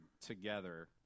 together